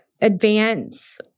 advance